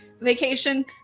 vacation